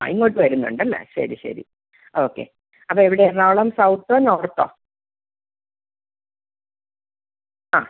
ആ ഇങ്ങോട്ട് വരുന്നുണ്ട് അല്ലേ ശരി ശരി ഓക്കെ അപ്പോൾ എവിടെ എറണാകുളം സൗത്തോ നോർത്തോ ആ